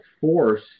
force